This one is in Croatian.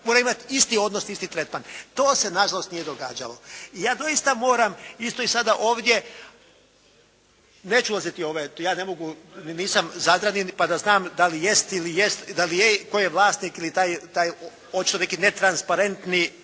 mora imati isti odnos, isti tretman. To se nažalost nije događalo. I ja doista moram isto i sada ovdje, neću ulaziti, ja ne mogu, nisam Zadranin pa da znam da li jest, tko je vlasnik ili taj očito neki netransparentni